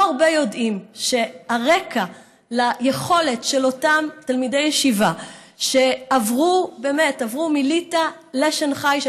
לא הרבה יודעים שהרקע ליכולת של אותם תלמידי ישיבה לעבור מליטא לשנחאי,